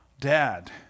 dad